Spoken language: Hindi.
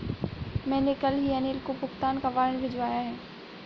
मैंने कल ही अनिल को भुगतान का वारंट भिजवाया है